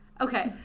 Okay